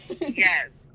Yes